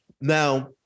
Now